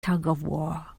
tugofwar